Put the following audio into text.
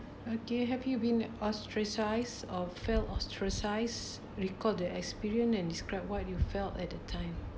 okay have you been ostracized or felt ostracised recalled the experience and describe what you felt at the time